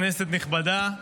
כנסת נכבדה,